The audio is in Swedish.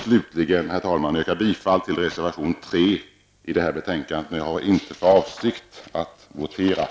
Slutligen yrkar jag bifall till reservation 3 i detta betänkande. Jag har dock inte för avsikt att begära votering.